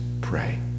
pray